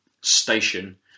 station